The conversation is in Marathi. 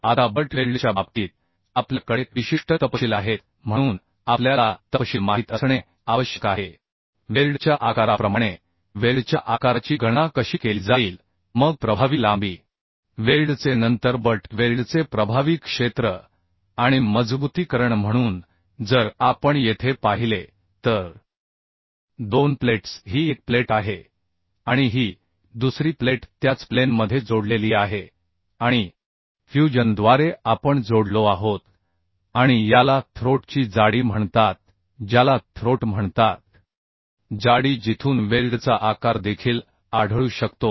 आता बट वेल्डच्या बाबतीत आपल्या कडे विशिष्ट तपशील आहेत म्हणून आपल्या ला तपशील माहित असणे आवश्यक आहे वेल्डच्या आकाराप्रमाणे वेल्डच्या आकाराची गणना कशी केली जाईल मग प्रभावी लांबी वेल्डचे नंतर बट वेल्डचे प्रभावी क्षेत्र आणि मजबुतीकरण म्हणून जर आपण येथे पाहिले तर दोन प्लेट्स ही एक प्लेट आहे आणि ही दुसरी प्लेट त्याच प्लेनमध्ये जोडलेली आहे आणि फ्यूजनद्वारे आपण जोडलो आहोत आणि याला थ्रोट ची जाडी म्हणतात ज्याला थ्रोट म्हणतात जाडी जिथून वेल्डचा आकार देखील आढळू शकतो